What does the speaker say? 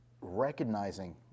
recognizing